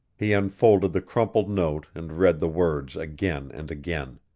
he unfolded the crumpled note and read the words again and again.